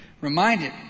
Reminded